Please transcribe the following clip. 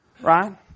Right